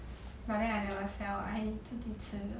but then I never sell I 自己吃的